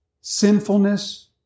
sinfulness